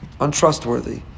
untrustworthy